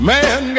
Man